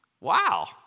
Wow